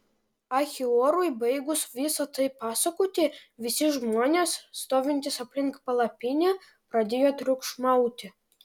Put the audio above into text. achiorui baigus visa tai pasakoti visi žmonės stovintys aplink palapinę pradėjo triukšmauti